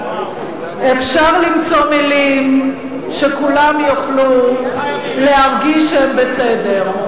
אפשר למצוא מלים שכולם יוכלו להרגיש שהם בסדר,